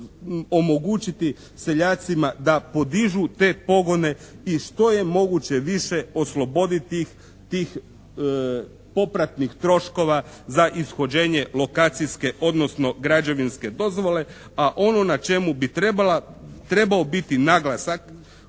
omogućiti seljacima da podižu te pogone i što je moguće više oslobodit ih tih popratnih troškova za ishođenje lokacijske, odnosno građevinske dozvole, a ono na čemu bi trebao biti naglasak